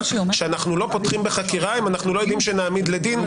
שאנחנו לא פותחים בחקירה אם אנחנו לא יודעים שנעמיד לדין.